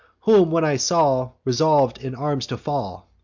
whom when i saw resolv'd in arms to fall,